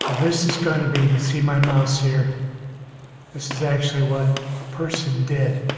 ah this is going to be you see my mouse here this is actually what a person did